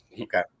Okay